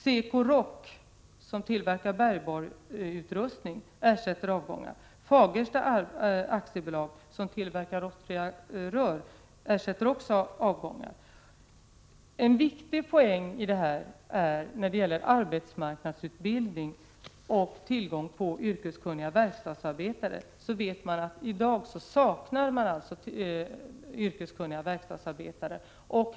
Secoroc, som tillverkar bergborrutrustning, ersätter avgångar. Fagersta AB, som tillverkar rostfria rör, ersätter också avgångar. En viktig poäng som rör arbetsmarknadsutbildning och tillgången på yrkeskunniga verkstadsarbetare är att det i dag saknas yrkeskunniga verkstadsarbetare.